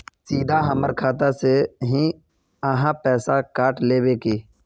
सीधा हमर खाता से ही आहाँ पैसा काट लेबे की?